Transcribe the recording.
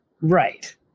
Right